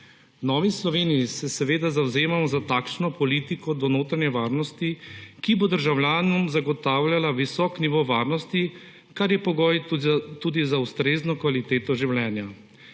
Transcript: V Novi Sloveniji se seveda zavzemamo za takšno politiko do notranje varnosti, ki bo državljanom zagotavljala visok nivo varnosti, kar je pogoj tudi za ustrezno kvaliteto življenja.